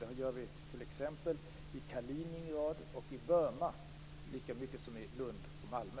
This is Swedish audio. Det gör vi t.ex. i Kaliningrad och i Burma, lika mycket som i Lund och Malmö.